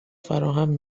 فراهم